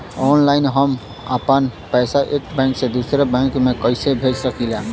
Online हम आपन पैसा एक बैंक से दूसरे बैंक में कईसे भेज सकीला?